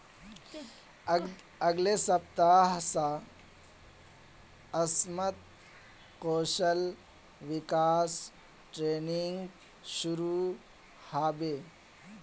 अगले सप्ताह स असमत कौशल विकास ट्रेनिंग शुरू ह बे